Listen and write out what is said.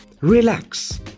relax